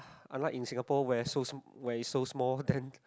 unlike in Singapore where is where is so small then